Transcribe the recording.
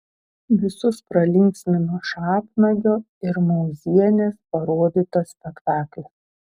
visus pralinksmino šapnagio ir mauzienės parodytas spektaklis